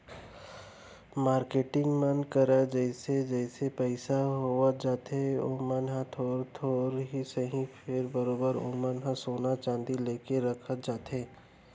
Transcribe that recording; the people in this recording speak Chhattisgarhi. मारकेटिंग मन करा जइसे जइसे पइसा होवत जाथे ओमन ह थोर थोर ही सही फेर बरोबर ओमन ह सोना चांदी लेके रखत जाथे